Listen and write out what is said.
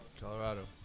Colorado